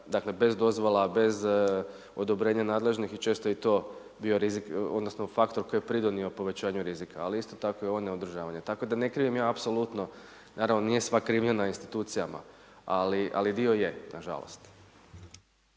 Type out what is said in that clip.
Dakle bez dozvola, bez odobrenja nadležnih i često je i to bio rizik, odnosno faktor koji je pridonio povećanju rizika ali isto tako i ovo neodržavanje. Tako da ne krivim ja apsolutno, naravno nije sva krivnja na institucijama, ali dio je, nažalost.